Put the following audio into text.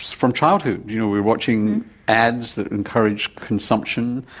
from childhood. you know, we are watching ads that encourage consumption,